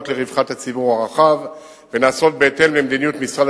לרווחת הציבור הרחב ונעשות בהתאם למדיניות משרד